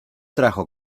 trajo